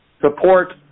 Support